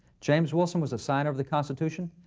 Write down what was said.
james wilson was a signer of the constitution,